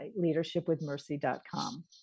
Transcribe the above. leadershipwithmercy.com